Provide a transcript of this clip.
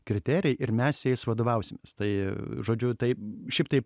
kriterijai ir mes jais vadovausimės tai žodžiu taip šiaip tai